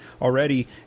already